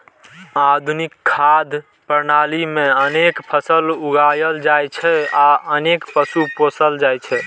आधुनिक खाद्य प्रणाली मे अनेक फसल उगायल जाइ छै आ अनेक पशु पोसल जाइ छै